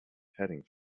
heading